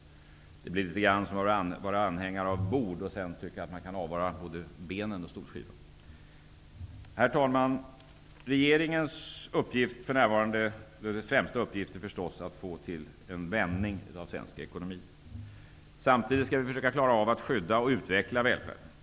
Det blir litet grand som att vara anhängare av bord och sedan tycka att man kan avvara både benen och bordsskivan. Herr talman! Regeringens främsta uppgift för närvarande är förstås att få till stånd en vändning av svensk ekonomi. Samtidigt skall vi försöka klara av att skydda och utveckla välfärden.